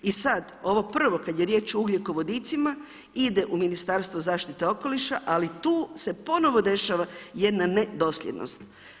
I sada ovo prvo kada je riječ o ugljikovodicima ide u Ministarstvo zaštite okoliša ali tu se ponovno dešava jedna nedosljednost.